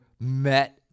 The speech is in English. met